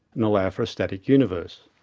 and allow for a static universe.